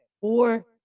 four